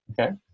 Okay